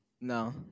No